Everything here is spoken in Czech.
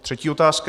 Třetí otázka.